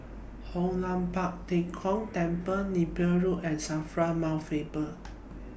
Hoon Lam Tua Pek Kong Temple Napier Road and SAFRA Mount Faber